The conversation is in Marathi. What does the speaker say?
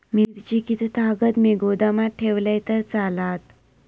मिरची कीततागत मी गोदामात ठेवलंय तर चालात?